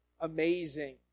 amazing